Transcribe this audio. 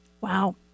Wow